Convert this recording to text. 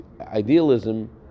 idealism